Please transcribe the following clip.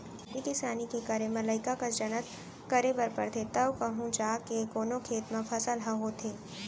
खेती किसानी के करे म लइका कस जनत करे बर परथे तव कहूँ जाके कोनो खेत म फसल ह होथे